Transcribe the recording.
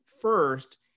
first